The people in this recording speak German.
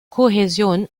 kohäsion